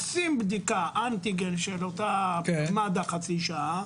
עושים בדיקת אנטיגן של מד"א שבתוך חצי שעה.